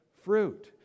fruit